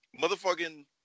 motherfucking